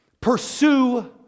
pursue